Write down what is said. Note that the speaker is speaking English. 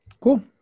Cool